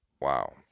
Wow